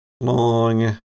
long